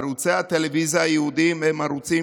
ערוצי הטלוויזיה הייעודיים הם ערוצים